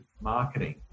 marketing